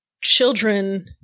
children